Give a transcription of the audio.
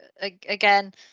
again